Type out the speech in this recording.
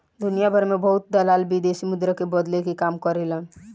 दुनियाभर में बहुत दलाल विदेशी मुद्रा के बदले के काम करेलन